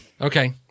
Okay